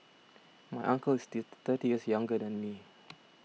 my uncle is thirty years younger than me